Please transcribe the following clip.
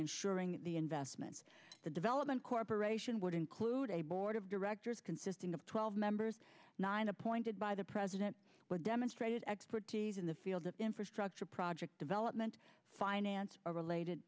ensuring the investments the development corporation would include a board of directors consisting of twelve members nine appointed by the president demonstrated expertise in the field of infrastructure project development finance related